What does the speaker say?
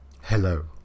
Hello